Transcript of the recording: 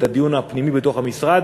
את הדיון הפנימי בתוך המשרד,